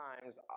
times